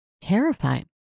terrified